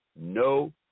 no